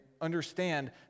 understand